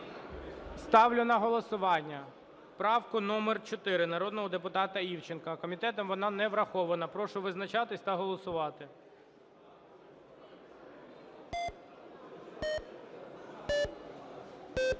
Ставлю на голосування правку номер 4 народного депутата Івченка. Комітетом вона не врахована. Прошу визначатись та голосувати.